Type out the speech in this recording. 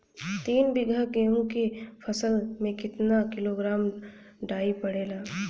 तीन बिघा गेहूँ के फसल मे कितना किलोग्राम डाई पड़ेला?